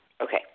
Okay